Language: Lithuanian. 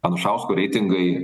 anušausko reitingai